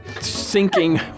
sinking